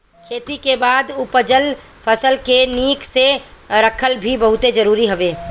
खेती के बाद उपजल फसल के निक से रखल भी बहुते जरुरी हवे